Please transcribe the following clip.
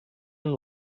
and